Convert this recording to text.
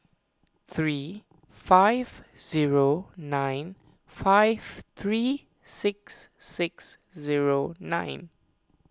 three five zero nine five three six six zero nine